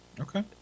okay